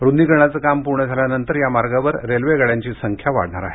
रूदीकरणाचं काम पूर्ण झाल्यानंतर या मार्गावर रेल्वेगाड्यांची संख्या वाढणार आहे